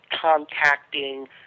contacting